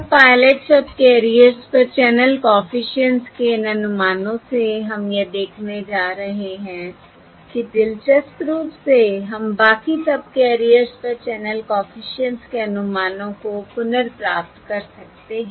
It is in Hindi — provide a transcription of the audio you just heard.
और पायलट सबकेरियर्स पर चैनल कॉफिशिएंट्स के इन अनुमानों से हम यह देखने जा रहे हैं कि दिलचस्प रूप से हम बाकी सबकैरियर्स पर चैनल कॉफिशिएंट्स के अनुमानों को पुनर्प्राप्त कर सकते हैं